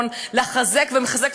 מחליט לעזוב את